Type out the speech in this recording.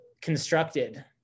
constructed